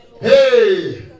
Hey